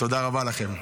תודה רבה לכם.